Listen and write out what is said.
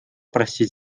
простить